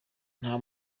nta